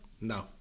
No